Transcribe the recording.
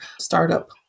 startup